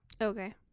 Okay